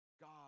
God